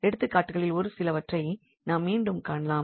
எடுத்துக்காட்டுகளில் ஒரு சிலவற்றை நாம் மீண்டும் காணலாம்